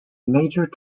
major